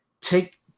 take